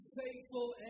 faithful